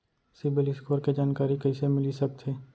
CIBIL score के जानकारी कइसे मिलिस सकथे?